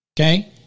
okay